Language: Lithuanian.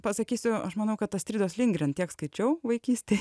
pasakysiu aš manau kad astridos lindgren tiek skaičiau vaikystėj